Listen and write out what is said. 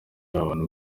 ahantu